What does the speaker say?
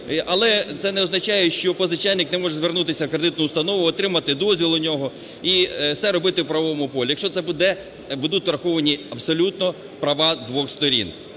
але це не означає, що позичальник не може звернутися в кредитну установу, отримати дозвіл у нього і все робити в правовому полі, якщо це будуть враховані абсолютно права двох сторін.